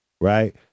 Right